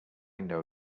know